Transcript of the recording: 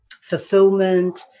fulfillment